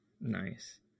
nice